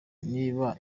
niba